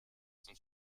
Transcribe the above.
zum